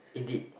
indeed